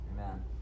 Amen